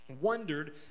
wondered